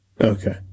Okay